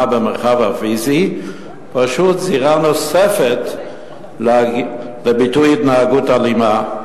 במרחב הפיזי פשוט זירה נוספת לביטוי התנהגות אלימה.